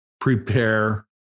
prepare